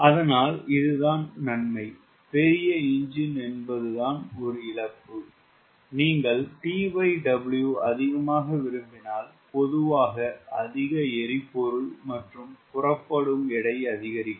அதனால் இதுதான் நன்மை பெரிய என்ஜின் என்பதுதான் ஒரு இழப்பு நீங்கள் TW அதிகமாக விரும்பினால்பொதுவாக அதிக எரிபொருள் மற்றும் புறப்படும் எடை அதிகரிக்கும்